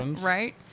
Right